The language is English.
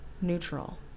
neutral